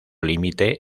límite